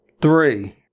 Three